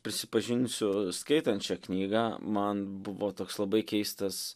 prisipažinsiu skaitant šią knygą man buvo toks labai keistas